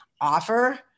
offer